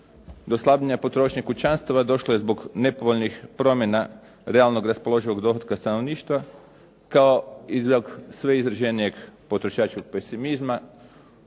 Do slabljenja potrošnje kućanstava došlo je do nepovoljnih promjena realnog raspoloživog dohotka stanovništva, kao izlog sve izraženijeg potrošačkog pesimizma